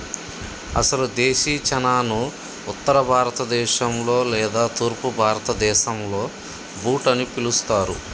అసలు దేశీ చనాను ఉత్తర భారత దేశంలో లేదా తూర్పు భారతదేసంలో బూట్ అని పిలుస్తారు